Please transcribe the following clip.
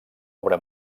obra